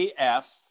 af